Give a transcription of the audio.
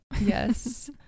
Yes